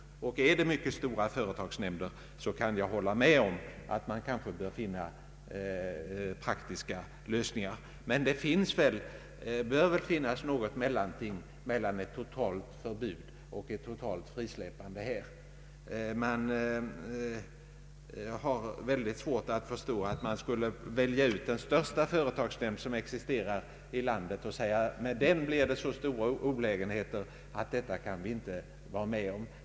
När det gäller mycket stora företagsnämnder kan jag hålla med om att det kan vara svårt att finna lämpliga lösningar, men det bör väl finnas något mellanting mellan ett totalt förbud och ett totalt frisläppande. Jag har väldigt svårt att förstå att man måste välja ut den största företagsnämnd som existerar i landet och säga att med den blir det så stora olägenheter att någon närvarorätt för suppleanter kan man inte vara med om.